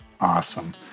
Awesome